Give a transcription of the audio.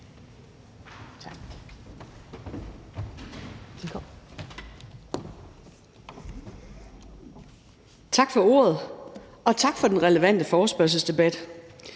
Tak for ordet, og tak for den relevante forespørgselsdebat.